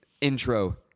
intro